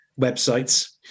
websites